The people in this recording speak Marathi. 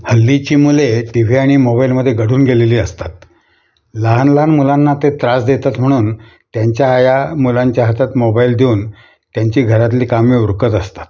हल्लीची मुले टी व्ही आणि मोबाईलमध्ये गढून गेलेली असतात लहान लहान मुलांना ते त्रास देतात म्हणून त्यांच्या आया मुलांच्या हातात मोबाईल देऊन त्यांची घरातली कामे उरकत असतात